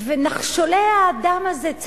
ושבוע קודם כולנו היינו בתל-אביב,